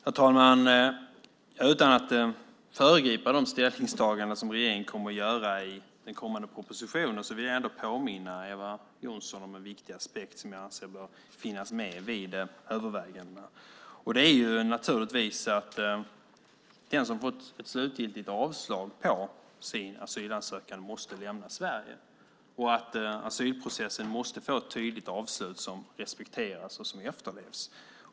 Herr talman! Utan att föregripa de ställningstaganden som regeringen kommer att göra i den kommande propositionen vill jag ändå påminna Eva Johnsson om en viktig aspekt som jag anser bör finnas med vid övervägandena: Den som fått slutgiltigt avslag på sin asylansökan måste lämna Sverige. Asylprocessen måste få ett tydligt avslut som respekteras och efterlevs.